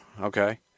Okay